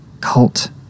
cult